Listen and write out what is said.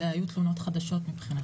אלה היו תלונות חדשות מבחינתנו.